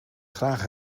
graag